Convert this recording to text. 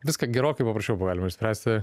viską gerokai paprasčiau buvo galima išspręsti